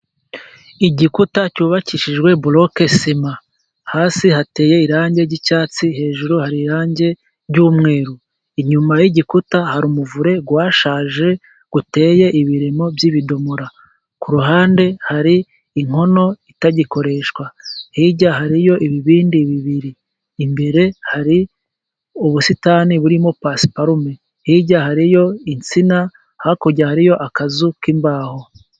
Igikuta cyubakishijwe boroke sima, hasi hateye irangi ry'icyatsi, hejuru hari irangi ry'umweru, inyuma y'igikuta hari umuvure washaje, uteye ibiremo by'ibidomora, k'uruhande hari inkono itagikoreshwa, hirya hariyo ibibindi bibiri, imbere hari ubusitani burimo pasiparume, hirya hariyo insina, hakurya hariyo akazu k'imbaho.